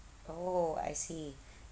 oh I see